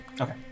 Okay